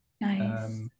nice